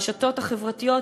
הרשתות החברתיות